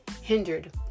hindered